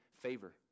favor